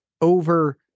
over